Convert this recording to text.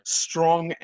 strong